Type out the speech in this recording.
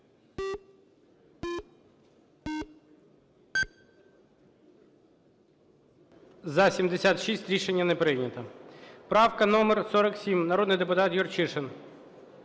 За-76 Рішення не прийнято. Правка номер 47, народний депутат Юрчишин.